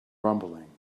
rumbling